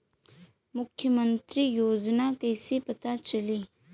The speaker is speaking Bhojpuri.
मुख्यमंत्री योजना कइसे पता चली?